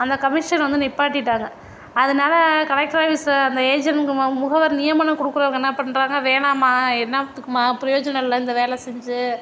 அந்த கமிஷன் வந்து நிப்பாட்டிட்டாங்க அதனால் கலெக்டர் ஆஃபீஸை அந்த ஏஜென்ட்க்கு முகவர் நியமனம் கொடுக்குறவங்க என்ன பண்ணுறாங்க வேணாமா என்னாத்துக்குமா பிரோயோஜனம் இல்லை இந்த வேலை செஞ்சு